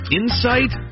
insight